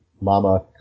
Mama